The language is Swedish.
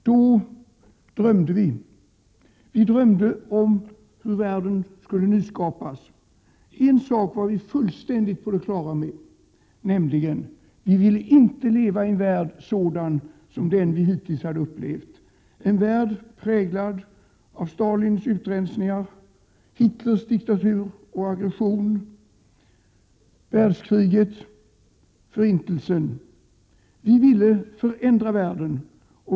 Då drömde vi om hur världen skulle nyskapas. En sak var vi fullständigt på det klara med, nämligen att vi inte ville leva i en sådan värld som den vi hittills hade upplevt, en värld präglad av Stalins utrensningar, Hitlers diktatur och aggression, världskriget och förintelsen. Vi ville förändra världen.